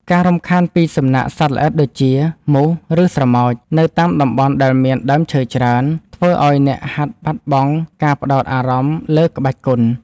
ការរំខានពីសំណាក់សត្វល្អិតដូចជា មូស ឬស្រមោច នៅតាមតំបន់ដែលមានដើមឈើច្រើន ធ្វើឱ្យអ្នកហាត់បាត់បង់ការផ្ដោតអារម្មណ៍លើក្បាច់គុណ។